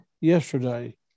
yesterday